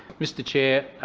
mr chair,